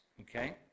okay